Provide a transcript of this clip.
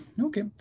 Okay